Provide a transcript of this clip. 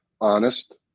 honest